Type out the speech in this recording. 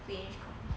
finish ah